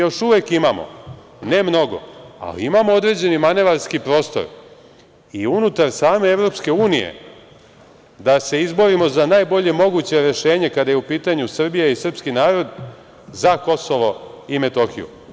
Još uvek imamo, ne mnogo, ali imamo određeni manevarski prostor unutar same EU da se izborimo za najbolje moguće rešenje, kada je u pitanju Srbija i srpski narod, za Kosovo i Metohiju.